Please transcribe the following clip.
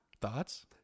Thoughts